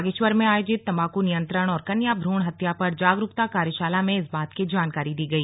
बागेश्वर में आयोजित तंबाकू नियंत्रण और कन्या भ्रूण हत्या पर जागरुकता कार्यशाला में इस बात की जानकारी दी गई